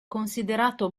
considerato